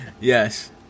Yes